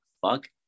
fuck